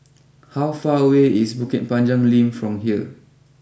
how far away is Bukit Panjang Link from here